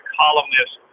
columnist